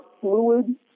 fluid